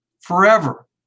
forever